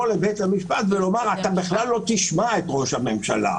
לבית המשפט ולומר: אתה בכלל לא תשמע את ראש הממשלה.